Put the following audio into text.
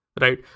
right